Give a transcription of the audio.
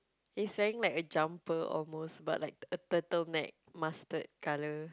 he's wearing like a jumper almost but like a turtleneck mustard colour